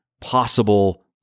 possible